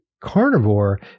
carnivore